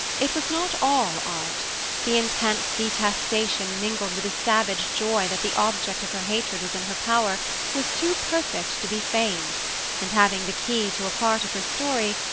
it was not all art the intense detestation mingled with a savage joy that the object of her hatred was in her power was too perfect to be feigned and having the key to a part of her story,